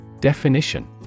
Definition